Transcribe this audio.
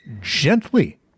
gently